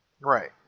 Right